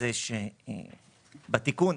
שהתיקון,